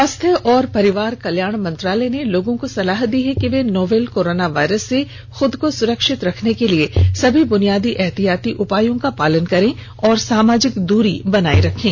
स्वास्थ्य और परिवार कल्याण मंत्रालय ने लोगों को सलाह दी है कि वे नोवल कोरोना वायरस से अपने को सुरक्षित रखने के लिए समी बुनियादी एहतियाती उपायों का पालन करें और सामाजिक दूरी बनाए रखें